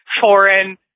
foreign